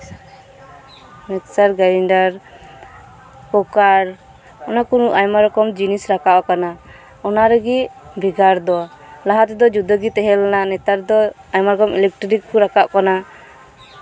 mixture grinder ᱠᱩᱠᱟᱨ ᱚᱱᱟ ᱠᱚ ᱟᱭᱢᱟ ᱨᱚᱠᱚᱢ ᱡᱤᱱᱤᱥ ᱨᱟᱠᱟᱵᱽ ᱟᱠᱟᱱᱟ ᱚᱱᱟ ᱨᱮᱜᱮ ᱵᱷᱮᱜᱟᱨ ᱫᱚ ᱞᱟᱦᱟ ᱛᱮᱫᱚ ᱡᱩᱫᱟᱹ ᱜᱮ ᱛᱟᱦᱮᱸ ᱞᱮᱱᱟ ᱱᱮᱛᱟᱨ ᱫᱚ ᱟᱭᱢᱟ ᱨᱚᱠᱚᱢ ᱤᱞᱮᱠᱴᱤᱨᱤᱠ ᱠᱚ ᱨᱟᱠᱟᱵᱽ ᱟᱠᱟᱱᱟ